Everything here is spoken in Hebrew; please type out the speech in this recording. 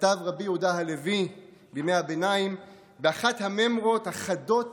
כתב רבי יהודה הלוי בימי הביניים באחת המימרות החדות